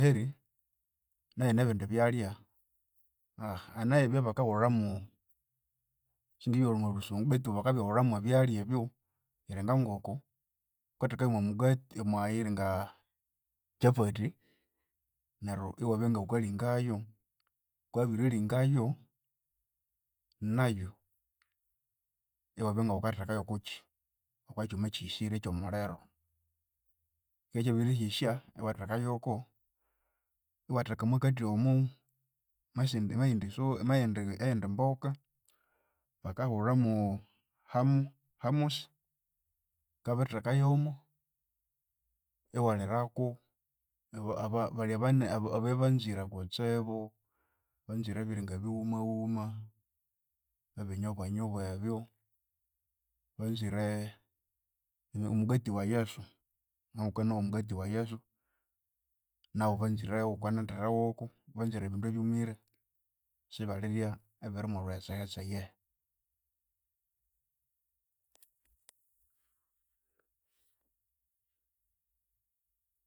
Eri nayu yine ebindibyalya hane ebyabakahulhamu sindibyahulha omolhusungu betu bakabyahulhamu byalya ebyo yiringa ngoko, wukatheka yomwamugati yomwayiringa chapati neryu iwabya ngawukalinga yo, wukabya waririlhingayo, nayu iwabya ngawukatheka yokokyi okwakyuma ekyighisirye okyomuliro, kyikabya kyabirighisya iwathekayoko, iwatheka omokathi omo mwe mweyindi eyindi mboka bakahulhamu Hamu Hamus wukabya wabirithekayomu iwalhirako ebyabanzire kutsibu, banzire ebiringa bighuma wuma, ebinyobwa nyobwa ebyo, banzire omugati wa yesu wamabya iwukanowa omugati wa yesu nawu banzire wukanatera woko banzire ebindu byumire, sibalirya ebiri mo lhughetseghetse eyehe.